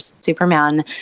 superman